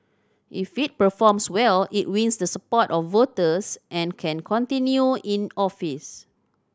if it performs well it wins the support of voters and can continue in office